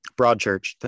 Broadchurch